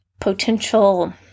potential